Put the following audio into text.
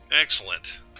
Excellent